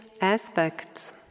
aspects